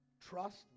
Trust